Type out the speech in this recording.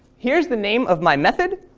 here's the name of my method.